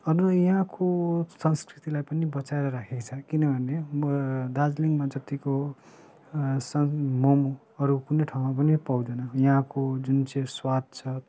अरू यहाँको संस्कृतिलाई पनि बचाएर राखेका छन् किनभने दार्जिलिङमा जत्तिको मोमो अरू कुनै ठाउँमा पनि पाउँदैन यहाँको जुन चाहिँ स्वाद छ